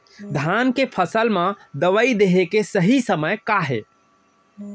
धान के फसल मा दवई देहे के सही समय का हे?